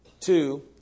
Two